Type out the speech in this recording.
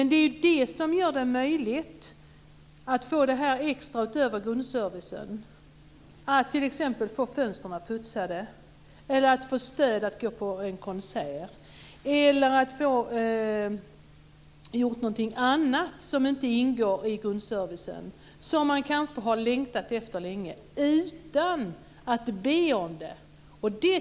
Det är de som gör det möjligt att få det extra utöver grundservicen, att t.ex. få fönstren putsade, eller att få stöd för att gå på en konsert, eller att få någonting annat gjort som inte ingår i grundservicen som man kanske har längtat efter länge - utan att behöva be om det.